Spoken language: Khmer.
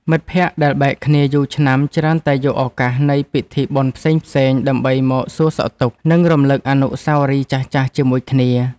មិត្តភក្តិដែលបែកគ្នាយូរឆ្នាំច្រើនតែយកឱកាសនៃពិធីបុណ្យផ្សេងៗដើម្បីមកសួរសុខទុក្ខ និងរំលឹកអនុស្សាវរីយ៍ចាស់ៗជាមួយគ្នា។